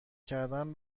کردن